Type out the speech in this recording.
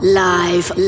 live